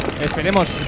Esperemos